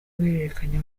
kohererezanya